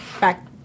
back